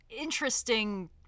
interesting